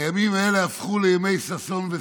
הימים האלה הפכו לימי ששון ושמחה,